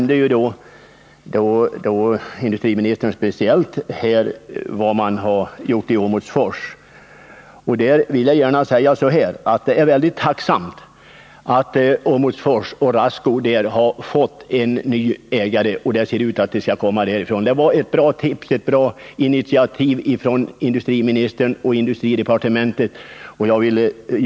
Industriministern nämnde speciellt vad som har gjorts i Åmotfors. Det är väldigt bra att pappersbruket och Rasco i Åmotfors nu synes kunna lösa sina problem. Det var ett bra initiativ från industriministern och industridepartementet, för vilket jag tackar.